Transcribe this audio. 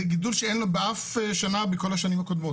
זה גידול שאין באף שנה בכל השנים הקודמות.